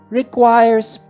requires